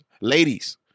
Ladies